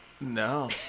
no